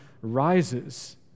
rises